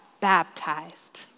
baptized